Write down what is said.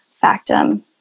Factum